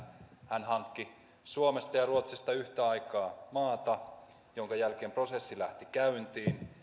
hän hankki suomesta ja ruotsista yhtä aikaa maata minkä jälkeen prosessi lähti käyntiin